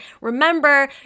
Remember